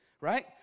right